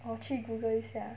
我去 google 一下 ah